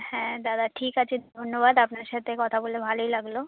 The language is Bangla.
হ্যাঁ দাদা ঠিক আছে ধন্যবাদ আপনার সাথে কথা বলে ভালোই লাগলো